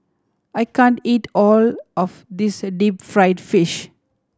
I can't eat all of this deep fried fish